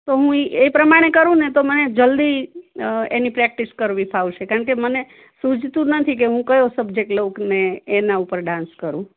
તો હું એ એ પ્રમાણે કરુને તો મને જલ્દી એની પ્રેકટીસ કરવી ફાવશે કારણ કે મને સુજતું નથી હું કયો સબ્જેક્ટ લોને એના ઉપર ડાન્સ કરું